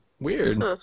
Weird